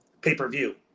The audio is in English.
pay-per-view